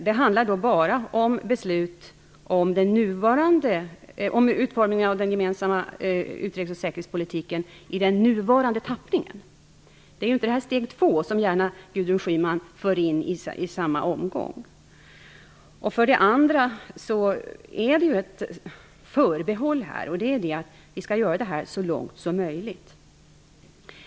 Det handlar då bara om beslut om utformningen av den gemensamma utrikes och säkerhetspolitiken i den nuvarande tappningen. Det är inte det steg 2 som Gudrun Schyman gärna för in i samma omgång. För det andra finns det ett förbehåll här: att vi skall göra det här så långt som möjligt.